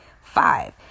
five